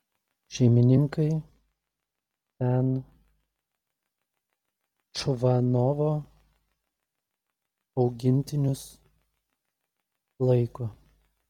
šeimininkai ten čvanovo augintinius laiko